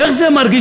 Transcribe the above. איך זה מרגיש,